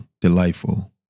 delightful